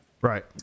Right